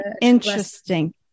interesting